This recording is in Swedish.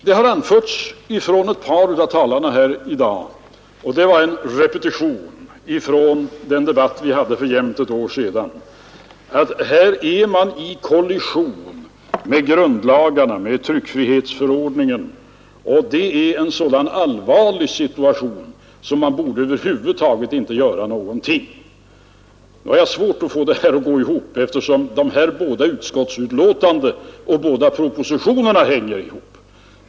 Det har anförts från ett par av talarna i dag — och det var en repetition från den debatt vi hade för jämnt ett år sedan — att här är man i kollision med grundlagarna, med tryckfrihetsförordningen, och det är en så allvarlig situation att man över huvud taget inte borde göra någonting. Nu har jag svårt att få detta att gå ihop, eftersom de båda utskottsbetänkandena och de båda propositionerna hänger ihop.